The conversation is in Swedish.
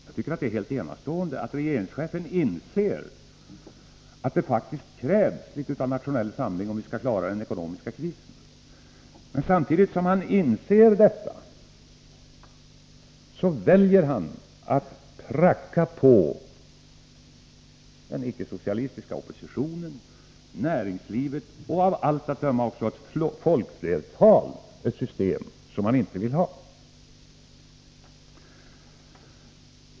Jag tycker att det är helt enastående att regeringschefen, samtidigt som han inser att det faktiskt krävs litet av nationell samling, om vi skall klara den ekonomiska krisen men, väljer att pracka på den icke-socialistiska oppositionen, näringslivet och av allt att döma ett folkflertal ett system som man inte vill ha.